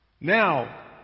now